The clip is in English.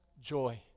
joy